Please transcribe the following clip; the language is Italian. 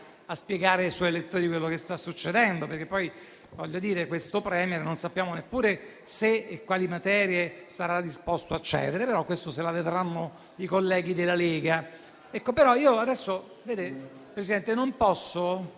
a spiegare ai suoi elettori quello che sta succedendo, perché poi questo *Premier* non sappiamo neppure se e quali materie sarà disposto a cedere, però su questo se la vedranno i colleghi della Lega. Adesso però, signor Presidente, non posso